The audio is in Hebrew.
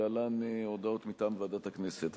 להלן הודעות מטעם ועדות הכנסת.